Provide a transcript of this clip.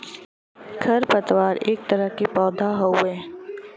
खर पतवार एक तरह के पौधा हउवे